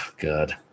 God